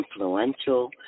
influential